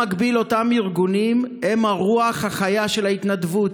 במקביל, אותם ארגונים הם הרוח החיה של ההתנדבות.